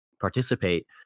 participate